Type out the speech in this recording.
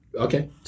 Okay